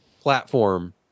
platform